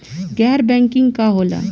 गैर बैंकिंग का होला?